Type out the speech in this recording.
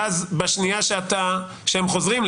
ואז בשנייה שהם חוזרים,